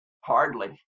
Hardly